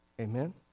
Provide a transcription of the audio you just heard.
Amen